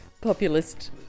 populist